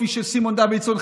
כפי שסימון דוידסון,